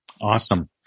Awesome